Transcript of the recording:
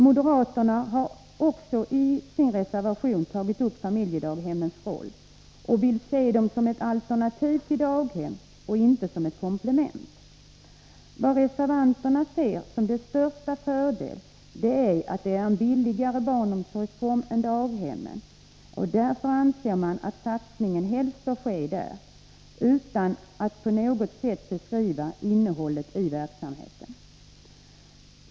Moderaterna har också i sin reservation tagit upp familjedaghemmens roll och vill se dem som ett alternativ till daghem och inte som ett komplement. Vad reservanterna ser som den största fördelen är att det är en billigare barnomsorgsform än daghemmen, och därför anser de att satsningen helst bör ske där, utan att på något sätt beskriva innehållet i verksamheten.